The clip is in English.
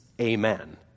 amen